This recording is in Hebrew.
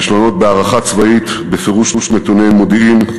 כישלונות בהערכה צבאית, בפירוש נתוני מודיעין,